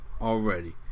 already